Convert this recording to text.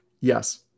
Yes